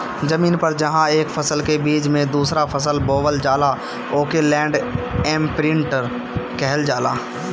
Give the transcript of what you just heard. जमीन पर जहां एक फसल के बीच में दूसरा फसल बोवल जाला ओके लैंड इमप्रिन्टर कहल जाला